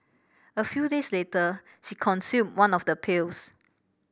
a few days later she consumed one of the pills